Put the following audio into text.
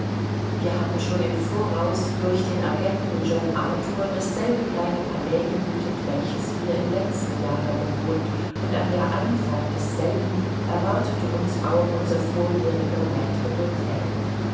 wir hatten schon im voraus durch den agenten john arthur dasselbe kleine palais gemietet welches wir im letzten jahre bewohnt und an der einfahrt desselben erwartete uns auch unser vorjähriger matre d'hotel